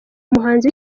umuhanzi